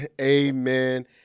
Amen